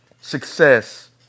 success